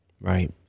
Right